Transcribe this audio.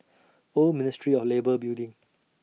Old Ministry of Labour Building